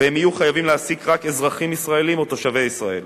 והם יהיו חייבים להעסיק רק אזרחים ישראלים או תושבי ישראל.